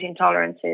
intolerances